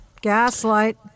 Gaslight